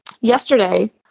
Yesterday